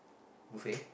buffet